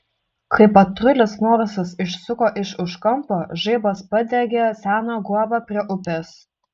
kai patrulis morisas išsuko iš už kampo žaibas padegė seną guobą prie upės